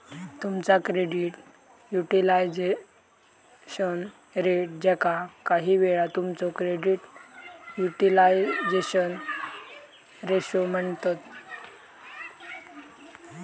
तुमचा credit utilisation rate, ज्याका काहीवेळा तुमचो क्रेडिट युटिलायझेशन रेशो म्हणतत